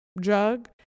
jug